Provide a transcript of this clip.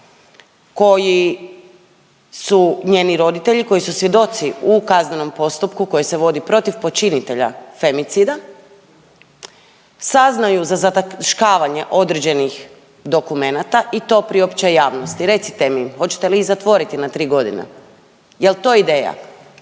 koji su njeni roditelji, koji su svjedoci u kaznenom postupku, koji se vodi protiv počinitelja femicida saznaju za zataškavanje određenih dokumenata i to priopće javnosti. Recite mi, hoćete li ih zatvoriti na 3 godine? Je li to ideja?